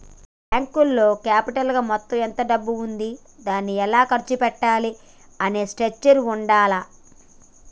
బ్యేంకులో క్యాపిటల్ గా మొత్తం ఎంత డబ్బు ఉంది దాన్ని ఎలా ఖర్చు పెట్టాలి అనే స్ట్రక్చర్ ఉండాల్ల